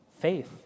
faith